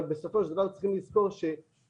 אבל בסופו של דבר צריכים לזכור שכבר